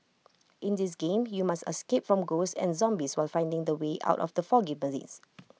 in this game you must escape from ghosts and zombies while finding the way out of the foggy blaze